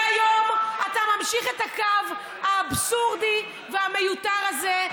והיום אתה ממשיך את הקו האבסורדי והמיותר הזה,